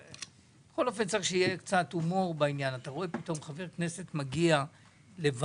בכל אופן שיהיה קצת הומור בעניין אתה רואה פתאום חבר כנסת מגיע לוועדה